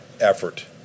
effort